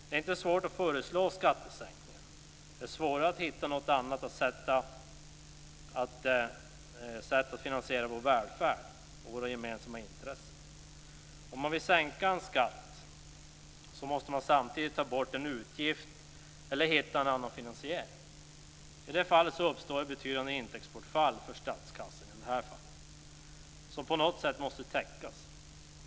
Det är inte svårt att föreslå skattesänkningar. Det svåra är att hitta något annat sätt att finansiera vår välfärd och våra gemensamma intressen. Om man vill sänka en skatt måste man samtidigt ta bort en utgift eller hitta en annan finansiering. I detta fall uppstår ett betydande intäktsbortfall för statskassan som på något sätt måste täckas.